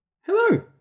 Hello